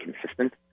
consistent